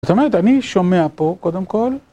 זאת אומרת, אני שומע פה קודם כל.